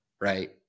right